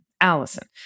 Allison